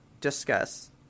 discuss